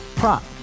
prop